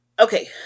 Okay